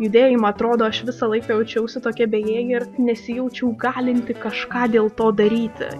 judėjimą atrodo aš visą laiką jaučiausi tokia bejėgė ir nesijaučiau galinti kažką kažką dėl to daryti